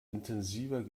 intensiver